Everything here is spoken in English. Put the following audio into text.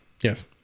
Yes